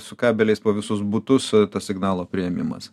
su kabeliais po visus butus tas signalo priėmimas